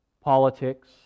politics